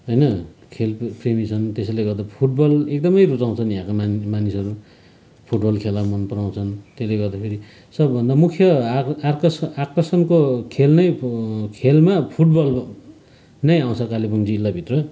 होइन खेलकुदप्रेमी छन् त्यसैले गर्दा फुटबल एकदमै रुचाउँछन् यहाँका मा मानिसहरू फुटबल खेला मनपराउँछन् त्यसले गर्दाखेरि सबभन्दा मुख्य आक आकर्ष आकर्षणको खेल नै खेलमा फुटबल नै आउँछ कालिम्पोङ जिल्लाभित्र